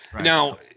Now